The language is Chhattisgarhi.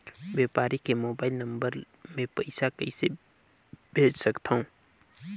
व्यापारी के मोबाइल नंबर मे पईसा कइसे भेज सकथव?